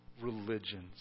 religions